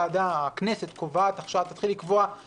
ההסבר להצעת החוק כדי שתסייע לפרשנות